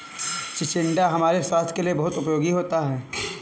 चिचिण्डा हमारे स्वास्थ के लिए बहुत उपयोगी होता है